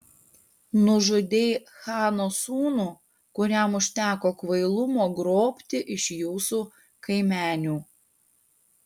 nužudei chano sūnų kuriam užteko kvailumo grobti iš jūsų kaimenių